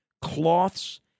cloths